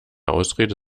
ausrede